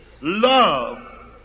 Love